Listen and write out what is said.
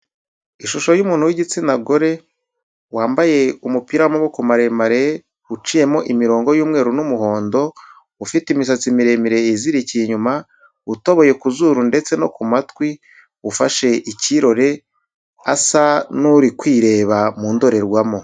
Ishusho y'umuntu w'igitsina gore wambaye umupira w'amaboko maremare, uciyemo imirongo y'umweru n'umuhondo, ufite imisatsi miremire izirikiye inyuma, utoboye ku zuru ndetse no ku matwi, ufashe ikirore asa n'uri kwireba mu ndorerwamo.